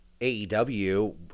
aew